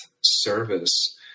service